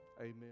Amen